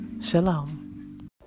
Shalom